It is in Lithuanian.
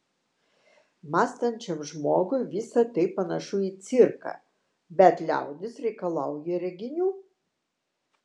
mąstančiam žmogui visa tai panašu į cirką bet liaudis reikalauja reginių